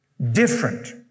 Different